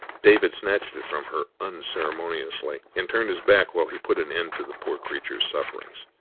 david snatched it from her unceremoniously, and turned his back while he put an end to the poor creature's sufferings.